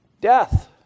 Death